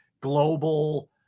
global